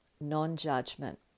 non-judgment